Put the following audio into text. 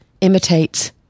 imitates